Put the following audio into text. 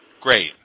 Great